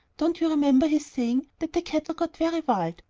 don't you remember his saying that the cattle got very wild,